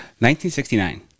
1969